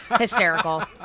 hysterical